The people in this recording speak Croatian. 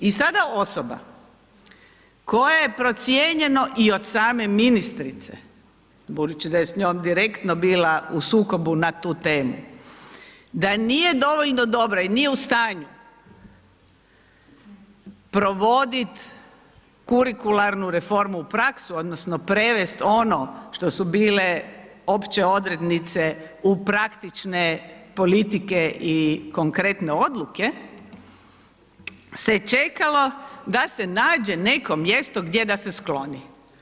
I sada osoba koja je procjeno i od same ministrice, budući da je s njom direktno bila u sukobu na tu temu, da nije dovoljno dobra i nije u stanju provodit kurikularnu reformu u praksu odnosno prevest ono što su bile opće odrednice u praktične politike i konkretne odluke, se čekalo da se nađe neko mjesto gdje da se skloni.